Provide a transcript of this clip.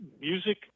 music